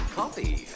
coffee